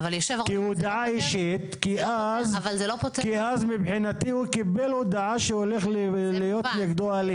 כי אז מבחינתי הוא קיבל הודעה שהולך להיות הליך נגדו.